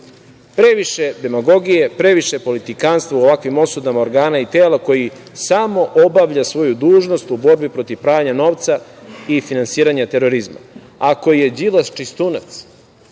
Previše demagogije, previše politikanstva u ovakvim osudama organa i tela koji samo obavlja svoju dužnost u borbi protiv pranja novca i finansiranja terorizma. Ako je Đilas čistunac,